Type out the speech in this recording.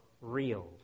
real